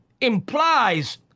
implies